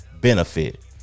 benefit